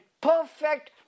perfect